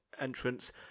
entrance